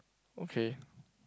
okay